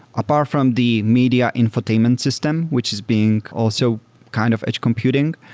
apart from the media infotainment system, which is being also kind of edge computing.